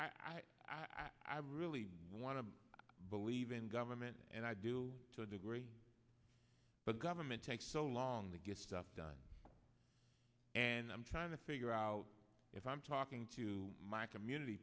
know i i really want to believe in government and i do to a degree but them it takes so long to get stuff done and i'm trying to figure out if i'm talking to my community